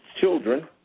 children